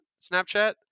Snapchat